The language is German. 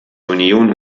union